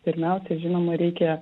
pirmiausia žinoma reikia